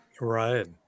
right